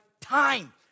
time